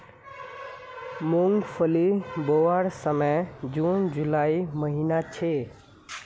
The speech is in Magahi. मूंगफली बोवार समय जून जुलाईर महिना छे